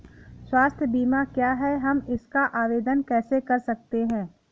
स्वास्थ्य बीमा क्या है हम इसका आवेदन कैसे कर सकते हैं?